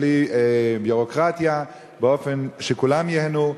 בלי ביורוקרטיה, באופן שכולם ייהנו.